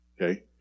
Okay